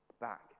back